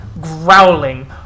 growling